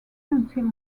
until